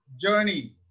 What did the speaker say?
journey